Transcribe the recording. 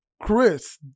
Chris